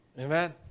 Amen